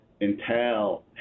entail